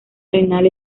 renal